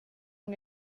und